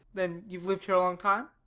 then you've lived here a long time?